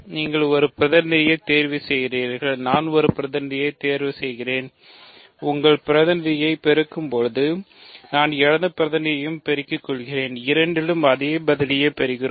நீங்கள் ஒரு பிரதிநிதியைத் தேர்வு செய்கிறீர்கள் நான் ஒரு பிரதிநிதியைத் தேர்வு செய்கிறேன் உங்கள் பிரதிநிதிகளை பெருக்கும்போது நான் எனது பிரதிநிதிகளைப் பெருக்கிக் கொள்கிறேன்இரண்டிலும் அதே பதிலைப் பெறுகிறோம்